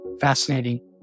Fascinating